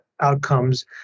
outcomes